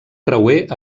creuer